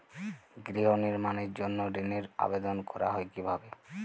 গৃহ নির্মাণের জন্য ঋণের আবেদন করা হয় কিভাবে?